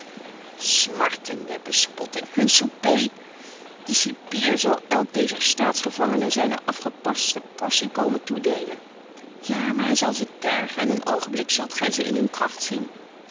smartende bespotting hun souper de cipier zal elk dezer staatsgevangenen zijne afgepaste portie komen toedeelen ja maar hij zal ze tergen en een oogenblik zult gij ze in hun kracht zien